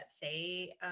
say